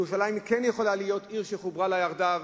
ירושלים כן יכולה להיות עיר שחוברה לה יחדיו,